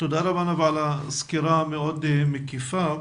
תודה רבה על הסקירה המאוד מקיפה.